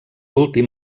últim